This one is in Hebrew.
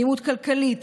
אלימות כלכלית,